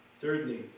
Thirdly